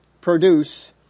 produce